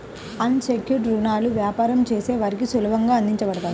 అన్ secured రుణాలు వ్యాపారం చేసే వారికి సులభంగా అందించబడతాయి